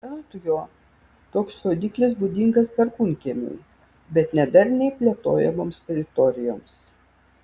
anot jo toks rodiklis būdingas perkūnkiemiui bet ne darniai plėtojamoms teritorijoms